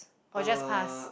or just pass